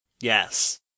Yes